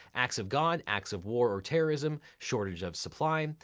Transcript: acts of god, acts of war or terrorism, shortage of supply,